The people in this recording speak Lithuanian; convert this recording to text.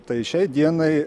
tai šiai dienai